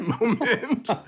moment